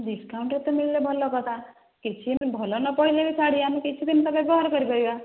ଡିସକାଉଣ୍ଟରେ ତ ମିଳିଲେ ଭଲ କଥା କିଛି ଦିନ ଭଲ ନ ପଡ଼ିଲେ ବି ଶାଢ଼ୀ ଆମେ କିଛି ଦିନ ତ ବ୍ୟବହାର କରିପାରିବା